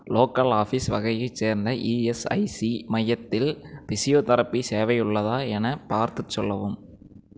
local office வகையைச் சேர்ந்த ESIC மையத்தில் ஃபிசியோ தெரபி சேவை உள்ளதா எனப் பார்த்துச் சொல்லவும்